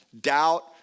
Doubt